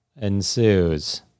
ensues